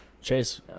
Chase